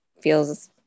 feels